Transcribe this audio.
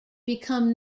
become